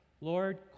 Lord